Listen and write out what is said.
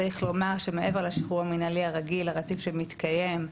צריך לומר שמעבר לשחרור המנהלי הרגיל הרציף שמתקיים,